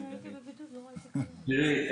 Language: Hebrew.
תראי,